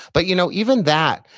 but you know even that,